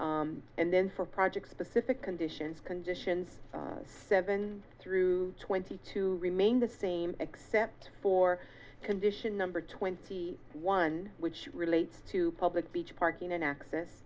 and then for projects specific conditions conditions seven through twenty two remain the same except for condition number twenty one which relates to public beach parking an access